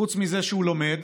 חוץ מזה שהוא לומד,